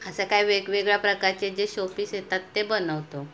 असं काय वेगवेगळ्या प्रकारचे जे शोपीस येतात ते बनवतो